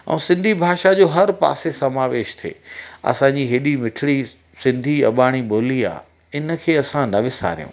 ऐं सिंधी भाषा जो हर पासे समावेश थिए असांजी एॾी मिठिड़ी सिंधी अबाणी ॿोली आहे इनखे असां न विसारियूं